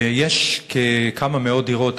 יש כמה מאות דירות,